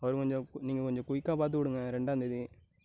அவர் கொஞ்சம் நீங்கள் கொஞ்சம் குயிக்கா பார்த்து விடுங்க ரெண்டாந்தேதி